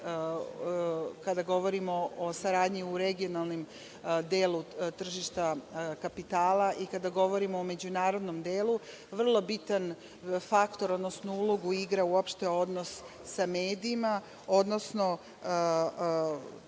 kada govorimo o saradnji u regionalnom delu tržišta kapitala i kada govorimo o međunarodnom delu, vrlo bitan faktor, odnosno ulogu igra uopšte odnos sa medijima, odnosno